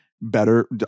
better